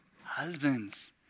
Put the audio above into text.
Husbands